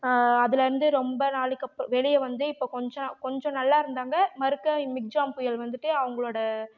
அதுலேருந்து ரொம்ப நாளைக்கப்புறோம் வெளியே வந்து இப்போ கொஞ்சம்னா கொஞ்சம் நல்லாயிருந்தாங்க மறுக்க இ மிக்ஜாம் புயல் வந்துட்டு அவங்களோட